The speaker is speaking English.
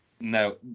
No